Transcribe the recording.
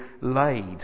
laid